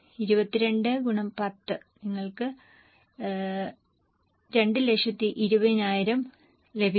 22 x 10 നിങ്ങൾക്ക് 220000 ലഭിക്കും